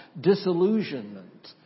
Disillusionment